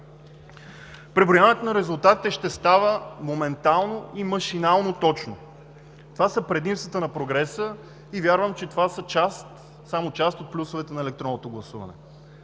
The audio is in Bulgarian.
Преброяването на резултатите ще става моментално и максимално точно. Това са предимствата на прогреса и вярвам, че това са само част от плюсовете на електронното гласуване.